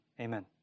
Amen